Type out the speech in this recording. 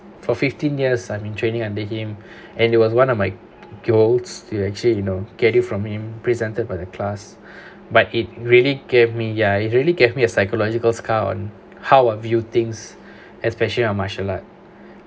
for fifteen years I've been training under him and it was one of my goals to actually you know get it from him presented by the class but it really gave me ya it's really gave me a psychological scar on how I view things especially on martial art